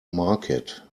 market